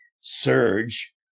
surge